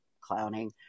clowning